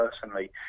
personally